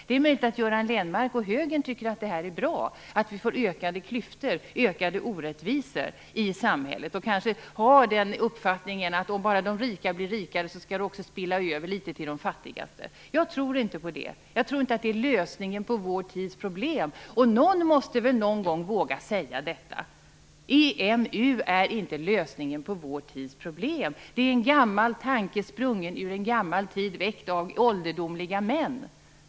Det är möjligt att Göran Lennmarker och högern tycker att det är bra med ökade klyftor och ökade orättvisor i samhället. De kanske har uppfattningen att om bara de rika blir rikare så skall det också spilla över litet på de fattigaste. Jag tror inte på det. Jag tror inte att det är lösningen på vår tids problem, och någon måste väl någon gång våga säga detta. EMU är inte lösningen på vår tids problem! Det är en gammal tanke, sprungen ur en gammal tid, väckt av ålderdomliga män!